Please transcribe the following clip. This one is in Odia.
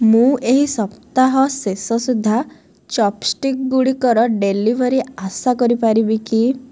ମୁଁ ଏହି ସପ୍ତାହ ଶେଷ ସୁଦ୍ଧା ଚପ୍ଷ୍ଟିକ୍ଗୁଡ଼ିକର ଡେଲିଭରି ଆଶା କରିପାରିବି କି